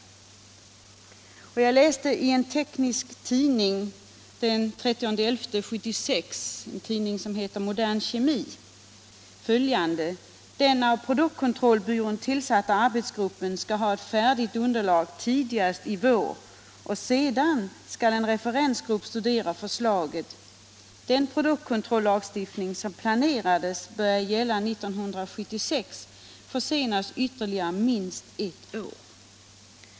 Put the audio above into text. Jag läste i en teknisk tidning — Modern Kemi den 30 november 1976 Nr 61 - att den av produktkontrollbyrån tillsatta arbetsgruppen skall ha ett Tisdagen den färdigt underlag tidigast i vår och att en referensgrupp sedan skall studera 1 februari 1977 förslaget. Den produktkontrollagstiftning som planerades börja gälla 1976 — försenas alltså ytterligare minst ett år.